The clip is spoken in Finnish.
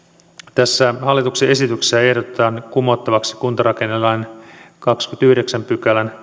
tässä hallituksen esityksessä ehdotetaan kumottavaksi kuntarakennelain kahdennenkymmenennenyhdeksännen pykälän